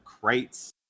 crates